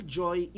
joy